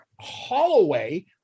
Holloway